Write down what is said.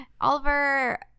Oliver